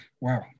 Wow